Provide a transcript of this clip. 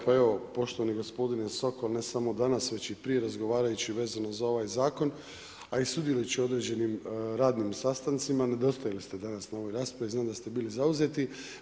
Pa evo, poštovani gospodine Sokol, ne samo danas, već i prije, razgovarajući vezano za ovaj zakon, a i sudjelujući na određenim radnim sastancima, nedostajali ste danas na ovoj raspravi, znam da ste bili zauzeti.